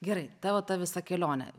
gerai tavo ta visa kelionė